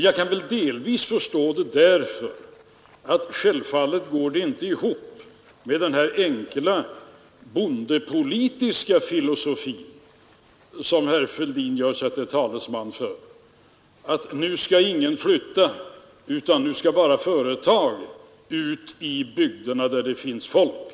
Jag kan delvis förstå det, eftersom det inte går ihop med den enkla bondepolitiska filosofi som herr Fälldin gör sig till talesman för: nu skall ingen flytta — nu skall företagen ut i bygderna, där det finns folk.